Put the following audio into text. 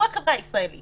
שהוא החברה הישראלית